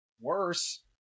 worse